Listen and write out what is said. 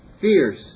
fierce